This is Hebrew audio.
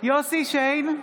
יוסף שיין,